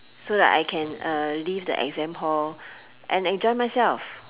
so that I can uh leave the exam hall and enjoy myself